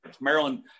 Maryland